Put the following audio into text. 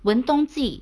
文东记